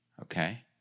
okay